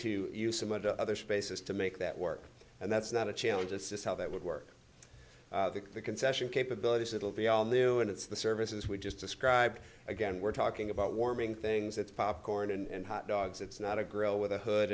to use some of the other spaces to make that work and that's not a challenge it's just how that would work the concession capabilities it'll be all new and it's the services we just described again we're talking about warming things it's popcorn and hotdogs it's not a grill with a hood